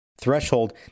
threshold